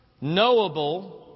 knowable